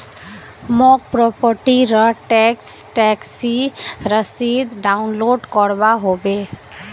मौक प्रॉपर्टी र टैक्स टैक्सी रसीद डाउनलोड करवा होवे